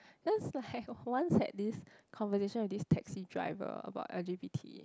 there was like once had this conversation with this taxi driver about L_G_B_T